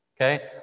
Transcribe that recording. Okay